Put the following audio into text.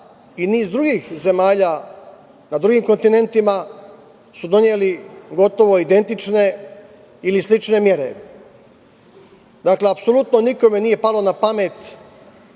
i niz drugih zemalja, na drugim kontinentima, su doneli gotovo identične ili slične mere. Dakle, apsolutno nikome nije palo napamet